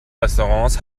restaurants